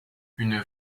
une